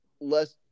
less